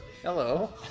Hello